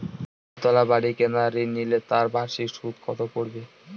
দুতলা বাড়ী কেনার ঋণ নিলে তার বার্ষিক সুদ কত পড়বে?